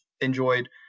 enjoyed